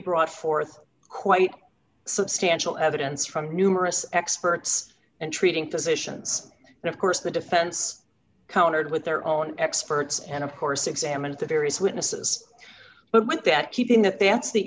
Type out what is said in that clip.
brought forth quite substantial evidence from numerous experts and treating physicians and of course the defense countered with their own experts and of course examined the various witnesses but meant that keeping the pants the